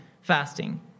fasting